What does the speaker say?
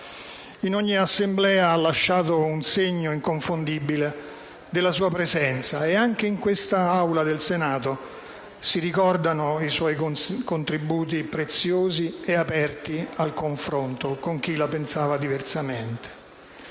In ogni Assemblea ha lasciato un segno inconfondibile della sua presenza e anche in quest'Aula del Senato si ricordano i suoi contributi preziosi ed aperti al confronto con chi la pensava diversamente.